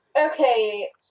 Okay